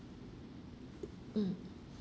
mm